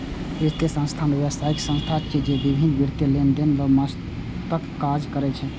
वित्तीय संस्थान व्यावसायिक संस्था छिय, जे विभिन्न वित्तीय लेनदेन लेल मध्यस्थक काज करै छै